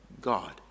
God